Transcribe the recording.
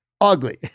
Ugly